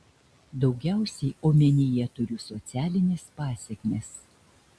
daugiausiai omenyje turiu socialines pasekmes